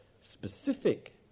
specific